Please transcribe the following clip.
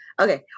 Okay